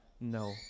No